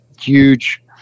huge